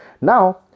now